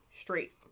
straight